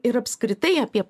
ir apskritai apie